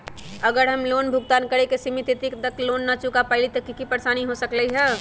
अगर हम लोन भुगतान करे के सिमित तिथि तक लोन न चुका पईली त की की परेशानी हो सकलई ह?